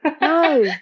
no